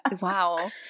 wow